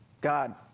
God